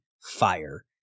fire